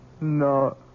No